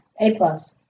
A-plus